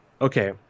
Okay